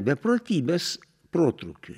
beprotybės protrūkiui